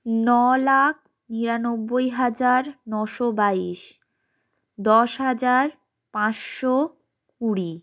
নলাখ নিরানব্বই হাজার নশো বাইশ দশ হাজার পাঁচশো কুড়ি